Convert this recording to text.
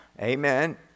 Amen